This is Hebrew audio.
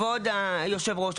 כבוד היושב-ראש,